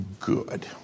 good